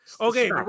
Okay